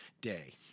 day